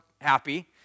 happy